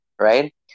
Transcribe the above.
right